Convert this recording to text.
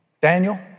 Daniel